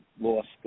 lost